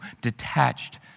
detached